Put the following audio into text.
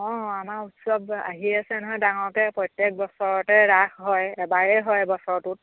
অঁ আমাৰ উৎসৱ আহি আছে নহয় ডাঙৰকে প্ৰত্যেক বছৰতে ৰাস হয় এবাৰেই হয় বছৰটোত